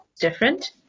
different